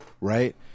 right